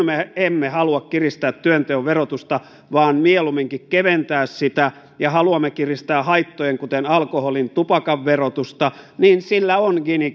me emme halua kiristää työnteon verotusta vaan mieluumminkin keventää sitä ja haluamme kiristää haittojen kuten alkoholin ja tupakan verotusta niin sillä on gini